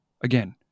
again